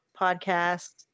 podcast